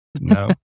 No